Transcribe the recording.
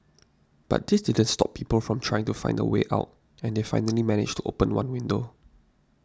but this didn't stop people from trying to find a way out and they finally managed to open one window